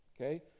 Okay